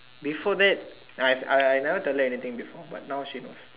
before that I I I never tell her anything before but now she knows